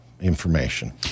information